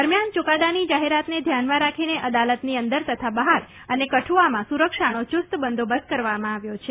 દરમ્યાન ચૂકાદાની જાહેરાતને ધ્યાનમાં રાખીને અદાલતની અંદર તથા બહાર અને કઠ્વઆમાં સુરક્ષાનો ચુસ્ત બંદોબસ્ત કરવામાં આવ્યો છે